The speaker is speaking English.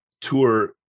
Tour